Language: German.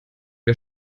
wir